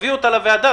תביאי אותה לוועדה.